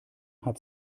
hat